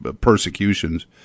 persecutions